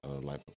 Life